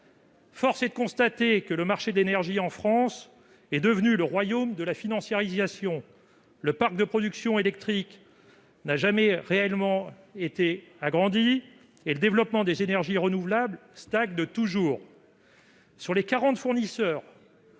Force est de constater que le marché de l'énergie en France est devenu le royaume de la financiarisation : le parc de production d'électricité n'a jamais été réellement agrandi et la production d'énergies renouvelables stagne toujours.